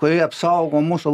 kurie apsaugo mūsų